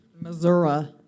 Missouri